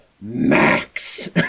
Max